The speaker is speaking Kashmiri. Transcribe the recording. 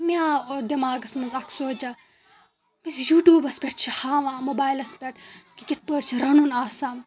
مےٚ آو دٮ۪ماغس منٛز اَکھ سونٛچا یوٗٹیوٗبَس پٮ۪ٹھ چھِ ہاوان موبایِلَس پٮ۪ٹھ کہِ کِتھ پٲٹھۍ چھِ رَنُن آسان